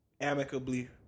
amicably